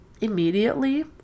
immediately